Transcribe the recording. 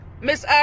Miss